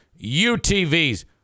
UTVs